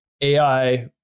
AI